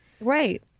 Right